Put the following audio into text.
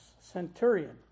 centurion